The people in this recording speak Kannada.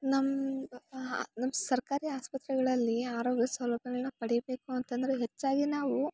ನಮ್ಮ ನಮ್ಮ ಸರ್ಕಾರಿ ಆಸ್ಪತ್ರೆಗಳಲ್ಲಿ ಆರೋಗ್ಯ ಸೌಲಬ್ಯಗಳನ್ನ ಪಡಿಬೇಕು ಅಂತಂದ್ರೆ ಹೆಚ್ಚಾಗಿ ನಾವು